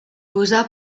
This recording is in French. posa